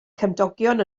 cymdogion